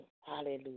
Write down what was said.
Hallelujah